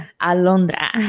alondra